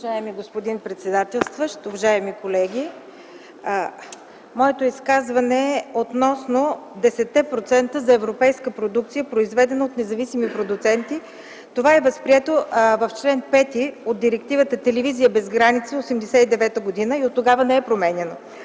Уважаеми господин председателстващ, уважаеми колеги! Моето изказване е относно 10 те процента европейска продукция, произведена от независими продуценти. Това е възприето в чл. 5 от Директивата „Телевизия без граници” – 1989 г., и оттогава не е променяно.